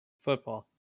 Football